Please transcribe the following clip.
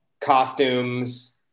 costumes